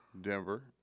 Denver